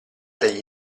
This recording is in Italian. degli